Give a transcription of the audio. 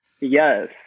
Yes